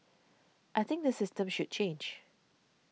I think the system should change